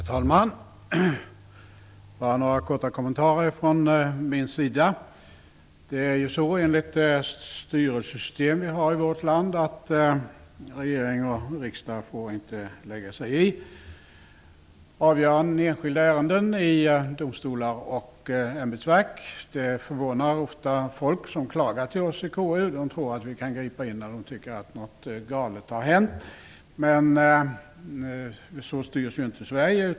Herr talman! Jag har bara några korta kommentarer. Enligt det styressystem vi har i vårt land får inte regering och riksdag lägga sig i avgöranden av enskilda ärenden i domstolar och ämbetsverk. Det förvånar ofta folk som klagar till oss i KU. De tror att vi kan ingripa när det tycker att något galet har hänt. Men så styrs inte Sverige.